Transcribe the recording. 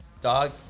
Dog